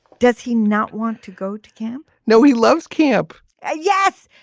does he not want to go to camp. no he loves camp ah yes.